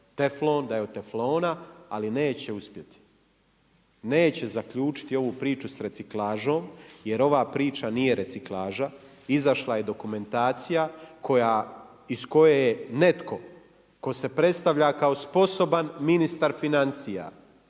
teflon, da je od teflona ali neće uspjeti, neće zaključiti ovu priču sa reciklažom jer ova priča nije reciklaža. Izašla je dokumentacija koja iz koje je netko tko se predstavlja kao sposoban ministar financija,